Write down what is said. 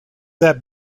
that